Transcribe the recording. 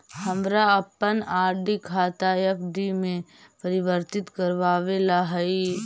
हमारा अपन R D F D परिवर्तित करवावे ला हई